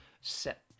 set